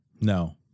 No